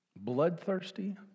bloodthirsty